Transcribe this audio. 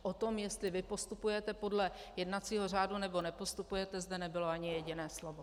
O tom, jestli vy postupujete podle jednacího řádu, nebo nepostupujete, zde nebylo ani jedné slovo.